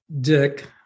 Dick